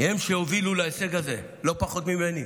הם אלה שהובילו במקצועיות להישג הזה לא פחות ממני.